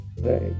right